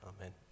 amen